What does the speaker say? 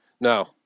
No